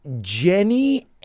Jenny